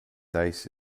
dice